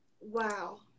wow